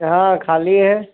यहाँ खाली है